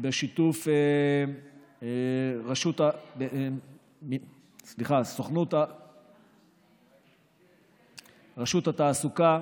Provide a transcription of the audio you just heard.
ובשיתוף שירות התעסוקה,